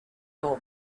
your